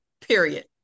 period